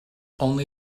only